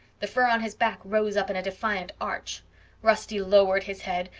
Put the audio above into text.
the fur on his back rose up in a defiant arch rusty lowered his head,